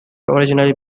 originally